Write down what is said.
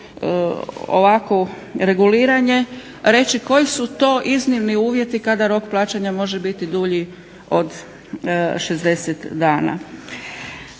ovakvo reguliranje, reći koji su to iznimni uvjeti kada rok plaćanja može biti dulji od 60 dana.